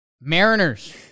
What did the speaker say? Mariners